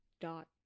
dot